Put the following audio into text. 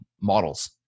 models